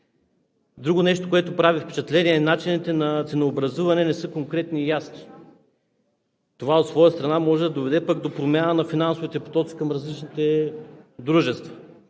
Друго нещо, което прави впечатление – начините на ценообразуване не са конкретни и ясни. Това от своя страна може да доведе до промяна на финансовите потоци към различните дружества,